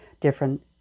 different